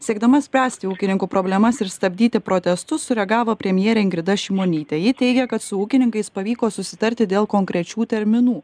siekdama spręsti ūkininkų problemas ir stabdyti protestus sureagavo premjerė ingrida šimonytė ji teigia kad su ūkininkais pavyko susitarti dėl konkrečių terminų